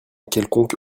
quelconque